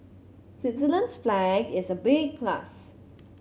Switzerland's flag is a big plus